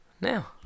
now